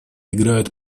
играют